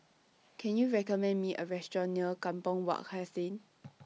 Can YOU recommend Me A Restaurant near Kampong Wak Hassan